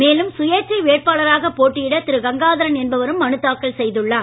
மேலும் சுயேட்சை வேட்பாளராக போட்டியிட திரு கங்காதரன் என்பவரும் மனு தாக்கல் செய்துள்ளார்